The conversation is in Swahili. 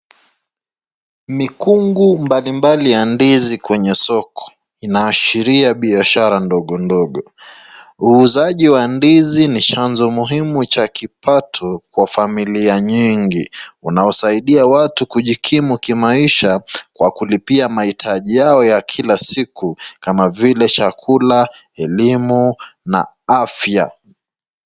Mikungu mbalimbali ya ndizi kwenye soko. Inaashiria biashara ndogo ndogo. Uuzaji wa ndizi ni chanzo muhimu cha kipato kwa familia nyingi, unaosaidia watu kujikimu kimaisha kwa kulipia mahitaji yao ya kila siku kama vile chakula, elimu na afya.